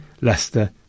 Leicester